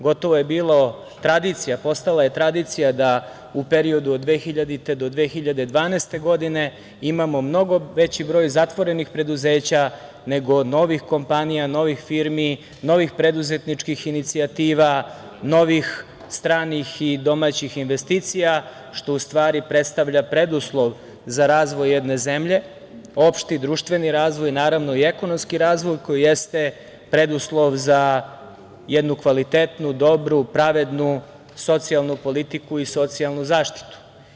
Gotovo je bila tradicija, postala je tradicija da u periodu od 2000. do 2012. godine imamo mnogo veći broj zatvorenih preduzeća nego novih kompanija, novih firmi, novih preduzetničkih inicijativa, novih stranih i domaćih investicija, što u stvari predstavlja preduslov za razvoj jedne zemlje, opšti društveni razvoj i ekonomski razvoj koji jeste preduslov za jednu kvalitetnu, dobru i pravednu socijalnu politiku i socijalnu zaštitu.